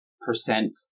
percent